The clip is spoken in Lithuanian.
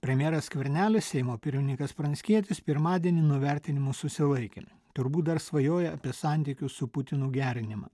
premjeras skvernelis seimo pirmininkas pranckietis pirmadienį nuo vertinimų susilaikė turbūt dar svajoja apie santykių su putinu gerinimą